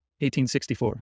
1864